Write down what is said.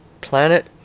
Planet